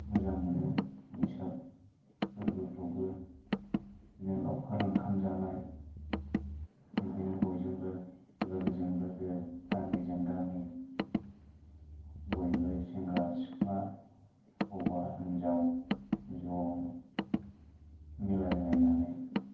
मोजां मोनो बैसाग फोरबोफ्रावबो लावखार ओंखाम जानाय बिदिनो बयजोंबो लोगोजों लोगो गामिजों गामि बयबो सेंग्रा सिख्ला हौवा हिनजाव ज' मिलायलायनानै